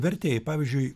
vertėjai pavyzdžiui